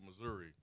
Missouri